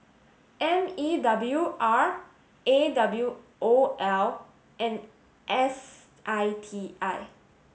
M E W R A W O L and S I T I